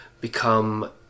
become